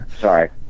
sorry